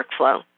workflow